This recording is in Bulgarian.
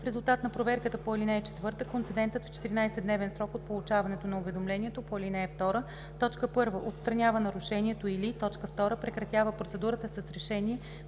В резултат на проверката по ал. 4 концедентът в 14-дневен срок от получаването на уведомлението по ал. 2: 1. отстранява нарушението, или 2. прекратява процедурата с решение